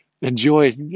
Enjoy